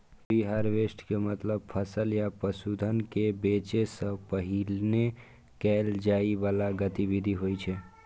preharvest के मतलब फसल या पशुधन कें बेचै सं पहिने कैल जाइ बला गतिविधि होइ छै